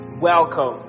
Welcome